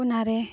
ᱚᱱᱟᱨᱮ